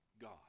God